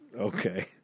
Okay